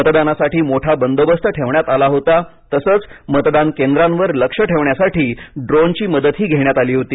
मतदानासाठी मोठा बंदोबस्त ठेवण्यात आला होता तसंच मतदान केंद्रांवर लक्ष ठेवण्यासाठी ड्रोनची मदतही घेण्यात आली होती